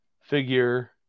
Figure